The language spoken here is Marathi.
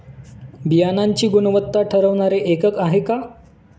बियाणांची गुणवत्ता ठरवणारे एकक आहे का?